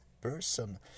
person